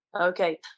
Okay